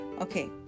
okay